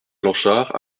planchards